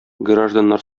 гражданнар